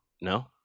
no